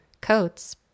coats